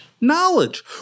Knowledge